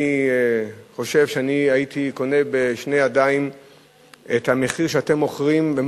אני חושב שאני הייתי קונה בשתי ידיים את המחיר שאתם מוכרים בו,